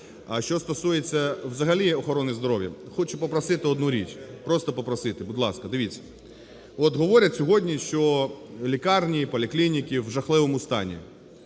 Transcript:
А що стосується взагалі охорони здоров'я, хочу попросити одну річ. Просто попросити, будь ласка, дивіться, от говорять сьогодні, що лікарні, поліклініки в жахливому стані.